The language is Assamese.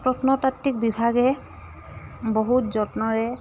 প্ৰত্নতাত্বিক বিভাগে বহুত যত্নৰে